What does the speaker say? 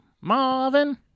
Marvin